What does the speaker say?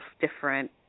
different